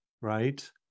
Right